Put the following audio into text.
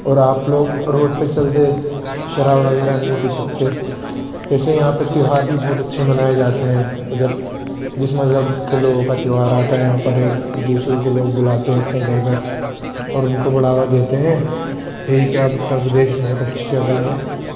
اور آپ لوگ روڈ پہ چلتے شراب وغیرہ نہیں پی سکتے جیسے یہاں پہ تیوہار بھی بہت اچھے منائے جاتے ہیں جب جس مذہب کے لوگوں کا تیوہار آتا ہے یہاں پر ایک دوسرے کو لوگ بلاتے ہیں اپنے گھر گھر اور ان کو بڑھاوا دیتے ہیں یہی کہ اب اتر پردیش بہت اچھی جگہ ہے